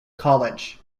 college